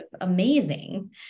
amazing